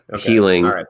Healing